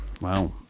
Wow